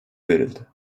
verildi